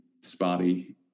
spotty